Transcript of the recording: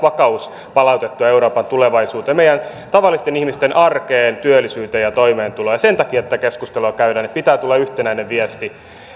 vakaus palautettua euroopan tulevaisuuteen meidän tavallisten ihmisten arkeen työllisyyteen ja toimeentuloon sen takia tätä keskustelua käydään että pitää tulla yhtenäinen viesti